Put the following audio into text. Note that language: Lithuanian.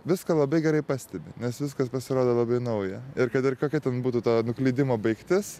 viską labai gerai pastebi nes viskas pasirodo labai nauja ir kad ir kokia ten būtų tavo nuklydimo baigtis